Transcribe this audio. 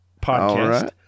podcast